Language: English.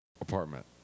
apartment